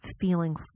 feeling